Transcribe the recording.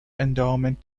endowment